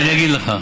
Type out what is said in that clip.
אני אגיד לך: